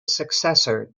successor